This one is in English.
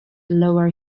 lower